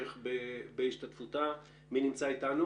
מי שהכריז